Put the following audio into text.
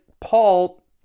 Paul